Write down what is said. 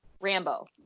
Rambo